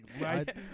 Right